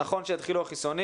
נכון, שהתחילו החיסונים.